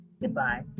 goodbye